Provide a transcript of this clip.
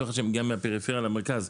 אותו אחד שמגיע מהפריפריה למרכז,